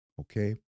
Okay